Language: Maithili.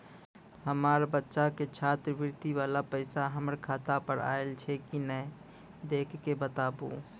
हमार बच्चा के छात्रवृत्ति वाला पैसा हमर खाता पर आयल छै कि नैय देख के बताबू?